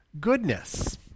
goodness